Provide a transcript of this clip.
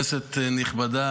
כנסת נכבדה,